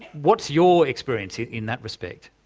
what's your experience yeah in that respect?